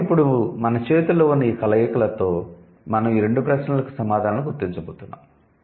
కాబట్టి ఇప్పుడు మన చేతిలో ఉన్న ఈ కలయికలతో మనం ఈ రెండు ప్రశ్నలకు సమాధానాలను గుర్తించబోతున్నాము